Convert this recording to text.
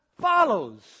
follows